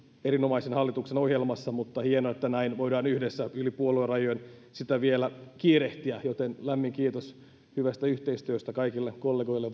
erinomaisen hallituksen ohjelmassa mutta hienoa että näin voidaan yhdessä yli puoluerajojen sitä vielä kiirehtiä joten lämmin kiitos hyvästä yhteistyöstä kaikille kollegoille